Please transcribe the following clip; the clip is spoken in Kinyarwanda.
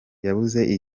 yabuze